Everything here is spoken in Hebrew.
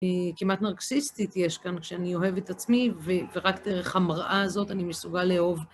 היא כמעט נרקסיסטית, יש כאן כשאני אוהב את עצמי, ורק דרך המראה הזאת אני מסוגל לאהוב.